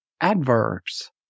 adverbs